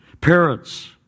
Parents